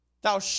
thou